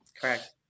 Correct